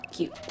Cute